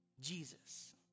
Jesus